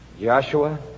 Joshua